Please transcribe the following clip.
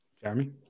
Jeremy